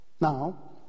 Now